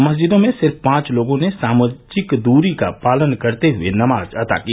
मस्जिदों में सिर्फ पांच लोगों ने सामाजिक दूरी का पालन करते हुए नमाज अता की